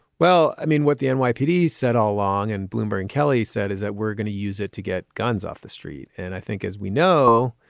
well, i mean, what the nypd said all along and bloomberg and kelly said is that we're going to use it to get guns off the street. and i think as we know,